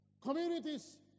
Communities